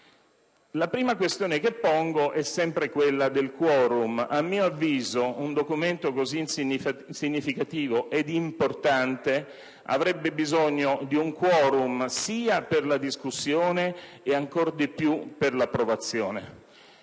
La prima questione che pongo è sempre quella del *quorum*. A mio avviso, un documento così significativo e importante avrebbe bisogno di un *quorum* sia per la discussione che, a maggior ragione, per l'approvazione.